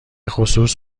خصوص